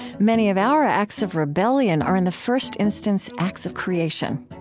many of our ah acts of rebellion are in the first instance acts of creation.